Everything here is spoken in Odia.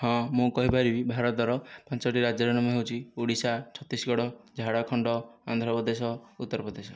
ହଁ ମୁଁ କହିପାରିବି ଭାରତର ପାଞ୍ଚଟି ରାଜ୍ୟର ନାମ ହେଉଛି ଓଡ଼ିଶା ଛତିଶଗଡ଼ ଝାଡ଼ଖଣ୍ଡ ଆନ୍ଧ୍ରପ୍ରଦେଶ ଉତ୍ତରପ୍ରଦେଶ